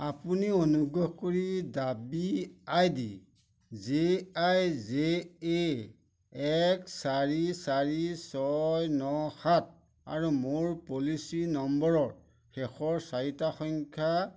আপুনি অনুগ্ৰহ কৰি দাবী I D J I J A এক চাৰি চাৰি ছয় ন সাত আৰু মোৰ পলিচী নম্বৰৰ শেষৰ চাৰিটা সংখ্যা